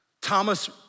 Thomas